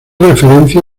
referencia